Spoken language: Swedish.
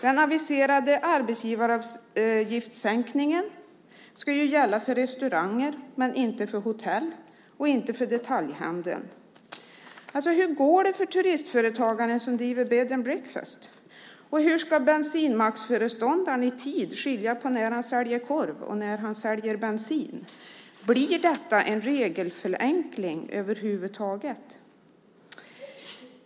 Den aviserade arbetsgivaravgiftssänkningen ska ju gälla för restauranger men inte för hotell och inte för detaljhandeln. Hur går det för turistföretagaren som driver bed and breakfast ? Och hur ska bensinmacksföreståndaren i tid skilja på när han säljer korv och när han säljer bensin? Blir detta en regelförenkling över huvud taget?